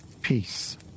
peace